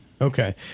Okay